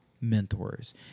mentors